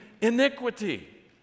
iniquity